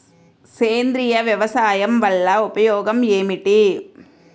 సేంద్రీయ వ్యవసాయం వల్ల ఉపయోగం ఏమిటి?